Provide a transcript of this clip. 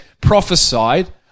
prophesied